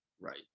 Right